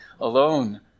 alone